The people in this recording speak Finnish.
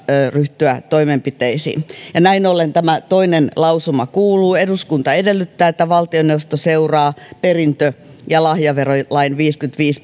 ryhtyä toimenpiteisiin näin ollen tämä toinen lausuma kuuluu eduskunta edellyttää että valtioneuvosto seuraa perintö ja lahjaverolain viidennessäkymmenennessäviidennessä